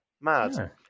Mad